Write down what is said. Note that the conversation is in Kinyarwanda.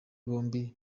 bombi